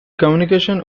communication